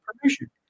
permission